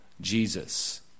Jesus